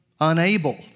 unable